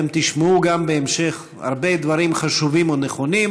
אתם תשמעו גם בהמשך הרבה דברים חשובים ונכונים,